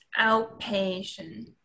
outpatient